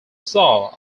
saw